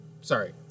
sorry